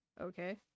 Okay